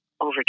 over